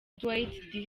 dwight